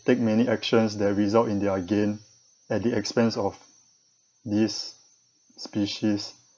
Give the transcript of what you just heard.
take many actions that result in their gain at the expense of these species